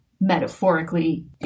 metaphorically